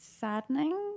saddening